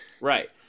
Right